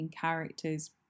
character's